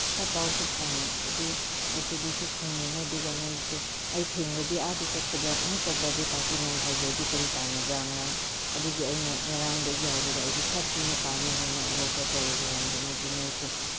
ꯈꯔ ꯄꯥꯎꯁꯨ ꯑꯗꯨ ꯑꯩꯁꯦ ꯑꯗꯨꯒꯤꯁꯨ ꯈꯪꯅꯤꯡꯉꯦ ꯑꯗꯨꯒ ꯅꯣꯏꯁꯦ ꯑꯩ ꯊꯦꯡꯂꯗꯤ ꯑꯥꯗ ꯆꯠꯄꯗ ꯑꯃꯨꯛꯀ ꯕꯥꯔꯗꯦ ꯄꯥꯔꯇꯤ ꯅꯪꯍꯧꯗ꯭ꯔꯗꯤ ꯀꯔꯤ ꯀꯥꯅꯕ꯭ꯔ ꯉꯔꯥꯡ ꯑꯗꯨꯒꯤ ꯑꯩꯅ ꯉꯔꯥꯡꯗꯒꯤ ꯍꯧꯔꯒ ꯑꯩꯗꯤ ꯈꯔ ꯊꯨꯅ ꯄꯥꯝꯃꯦ ꯍꯥꯏꯅ ꯑꯩ ꯑꯣꯔꯗꯔ ꯇꯧꯖꯔꯝꯕꯅꯦ ꯑꯗꯨ ꯅꯣꯏꯁꯤ